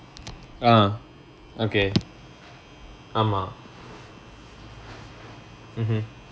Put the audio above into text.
ah okay ஆமா:aamaa mmhmm